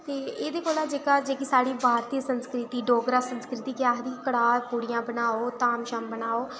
ते एह्दे कन्नै केह् होंदा जेह्की साढ़ी भारती संस्कृति डोगरा संस्कृति केह् आखदी कढ़ा पू्डियां बनाओ धाम शाम करो